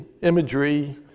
imagery